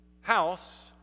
house